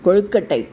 कोळ्कटै